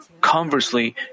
Conversely